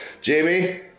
Jamie